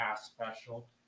special